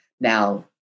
now